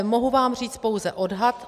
Mohu vám říct pouze odhad.